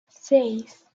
seis